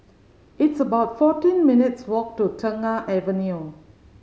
it's about fourteen minutes' walk to Tengah Avenue